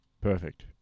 Perfect